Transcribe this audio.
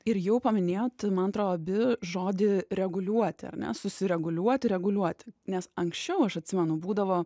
ir jau paminėjot man atrodo abi žodį reguliuoti ar ne susireguliuoti reguliuoti nes anksčiau aš atsimenu būdavo